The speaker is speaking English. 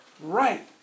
Right